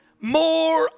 more